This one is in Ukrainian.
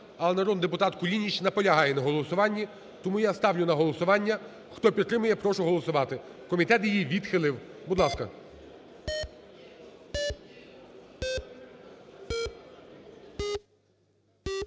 але народний депутат Кулініч наполягає на голосуванні. Тому я ставлю на голосування. Хто підтримує, прошу голосувати, комітет її відхилив. Будь ласка.